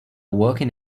walking